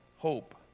Hope